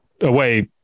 away